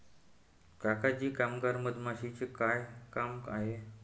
काका जी कामगार मधमाशीचे काय काम आहे